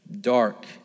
Dark